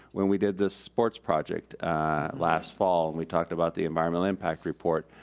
when we did this sports project last fall, and we talked about the environmental impact report.